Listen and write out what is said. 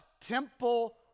temple